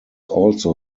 also